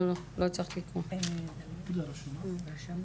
תודה רבה